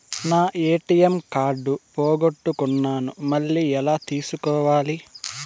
నా ATM card పోగొట్టుకున్నాను, మళ్ళీ ఎలా తీసుకోవాలి?